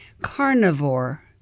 Carnivore